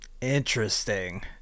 Interesting